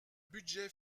budget